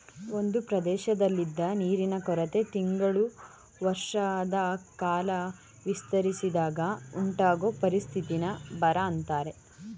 ಒಂದ್ ಪ್ರದೇಶ್ದಲ್ಲಿ ನೀರಿನ ಕೊರತೆ ತಿಂಗಳು ವರ್ಷದಕಾಲ ವಿಸ್ತರಿಸಿದಾಗ ಉಂಟಾಗೊ ಪರಿಸ್ಥಿತಿನ ಬರ ಅಂತಾರೆ